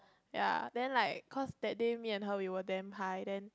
ya then like cause that day me and her we were damn high then